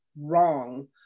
wrong